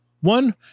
One